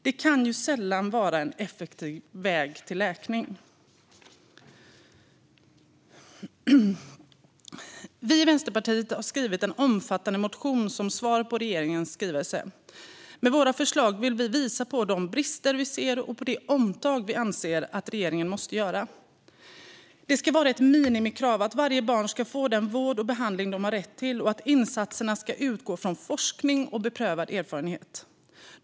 Det kan sällan vara en effektiv väg till läkning. Vi i Vänsterpartiet har skrivit en omfattande motion som svar på regeringens skrivelse. Med våra förslag vill vi visa på de brister som vi ser och på det omtag som vi anser att regeringen måste göra. Det ska vara ett minimikrav att varje barn ska få den vård och behandling som det har rätt till och att insatserna ska utgå från forskning och beprövad erfarenhet.